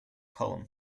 column